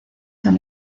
han